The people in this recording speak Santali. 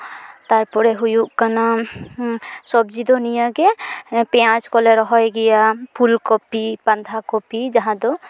ᱛᱟᱨᱯᱚᱨᱮ ᱦᱩᱭᱩᱜ ᱠᱟᱱᱟ ᱥᱚᱵᱡᱤ ᱫᱚ ᱱᱤᱭᱟᱹ ᱜᱮ ᱯᱮᱸᱭᱟᱡᱽ ᱠᱚᱞᱮ ᱨᱚᱦᱚᱭ ᱜᱮᱭᱟ ᱯᱷᱩᱞ ᱠᱚᱯᱤ ᱵᱟᱸᱫᱷᱟ ᱠᱚᱯᱤ ᱡᱟᱦᱟᱸ ᱫᱚ